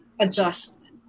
adjust